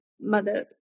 mother